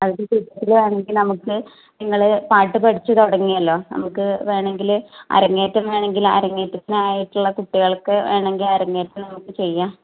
അത് ചിത്തിരയാണെങ്കിൽ നമുക്ക് നിങ്ങൾ പാട്ട് പഠിച്ച് തുടങ്ങിയല്ലോ നമുക്ക് വേണമെങ്കിൽ അരങ്ങേറ്റം വേണമെങ്കിൽ അരങ്ങേറ്റത്തിനായിട്ടുള്ള കുട്ടികൾക്ക് വേണമെങ്കിൽ അരങ്ങേറ്റം ഒക്കെ ചെയ്യാം